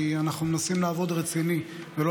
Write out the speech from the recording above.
כי אנחנו מנסים לעבוד באופן רציני ולא